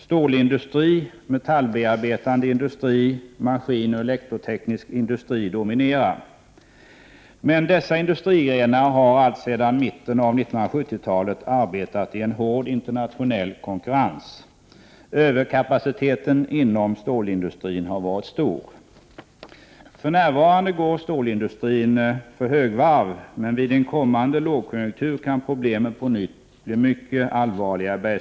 Stålindustri, metallbearbetande industri, maskinoch elektroteknisk industri dominerar. Dessa industrigrenar har alltsedan mitten av 1970-talet arbetat i en hård internationell konkurrens. Överkapaciteten inom stålindustrin har varit stor. För närvarande går stålindustrin för högvarv, men vid en kommande lågkonjunktur kan problemen i Bergslagen på nytt bli mycket allvarliga.